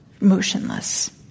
motionless